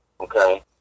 okay